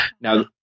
Now